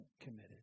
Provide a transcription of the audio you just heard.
committed